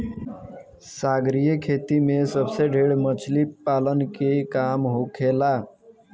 सागरीय खेती में सबसे ढेर मछली पालन के काम होखेला